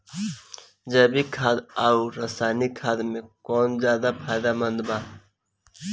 जैविक खाद आउर रसायनिक खाद मे कौन ज्यादा फायदेमंद बा?